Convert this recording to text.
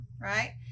right